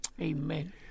Amen